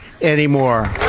anymore